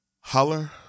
holler